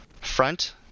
front